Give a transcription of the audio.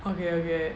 okay okay